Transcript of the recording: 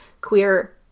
queer